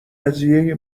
قضیه